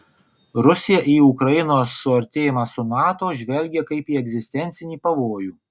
rusiją į ukrainos suartėjimą su nato žvelgia kaip į egzistencinį pavojų